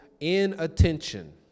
inattention